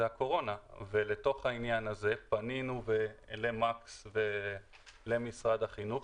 הקורונה ולתוך העניין הזה פנינו למקס ולמשרד החינוך